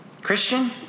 Christian